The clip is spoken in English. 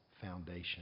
foundation